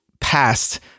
past